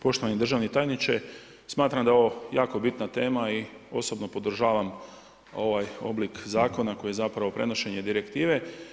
Poštovani državni tajniče, smatram da je ovo jako bitna tema i osobno podržavam ovaj oblik Zakona koji je zapravo prenošenje direktive.